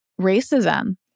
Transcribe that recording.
racism